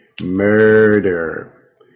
Murder